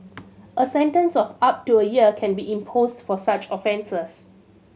a sentence of up to a year can be imposed for such offences